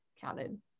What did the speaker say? counted